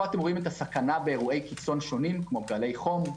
פה רואים את הסכנה באירועי קיצון שונים כמו גלי חום,